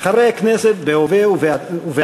אדוני ראש הממשלה בנימין נתניהו ורעייתו,